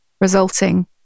resulting